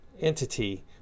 entity